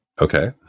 Okay